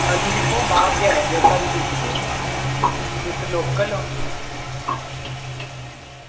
स्हानू दिक्खो अस बाहर दे आए दे स्हानू लुटदे ते तुस लोकल ओ